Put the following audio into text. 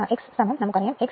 01 12 അതായത് 0